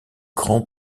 grand